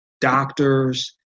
doctors